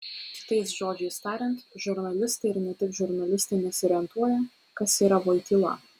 kitais žodžiais tariant žurnalistai ir ne tik žurnalistai nesiorientuoja kas yra voityla